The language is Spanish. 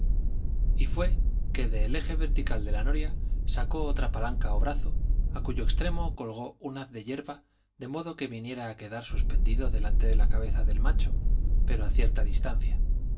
y fué que del eje vertical de la noria sacó otra palanca ó brazo á cuyo extremo colgó un haz de hierba de modo que delante de viniera á quedar suspendido la cabeza del macho pero á cierta